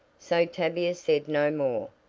so tavia said no more,